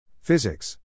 Physics